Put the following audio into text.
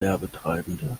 werbetreibende